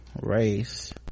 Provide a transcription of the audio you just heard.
race